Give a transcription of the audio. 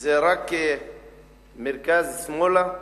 זה רק מרכז שמאלה,